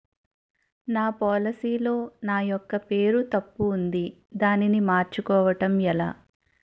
నా పోలసీ లో నా యెక్క పేరు తప్పు ఉంది దానిని మార్చు కోవటం ఎలా?